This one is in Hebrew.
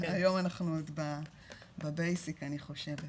היום אנחנו עוד בבייסיק אני חושבת.